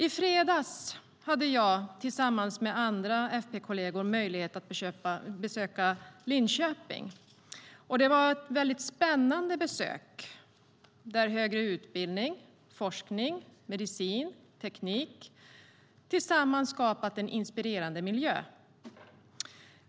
I fredags hade jag tillsammans med FP-kolleger möjlighet att besöka Linköping, och det var ett väldigt spännande besök. Där har högre utbildning, forskning, medicin och teknik tillsammans skapat en inspirerande miljö.